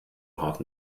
hart